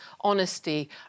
honesty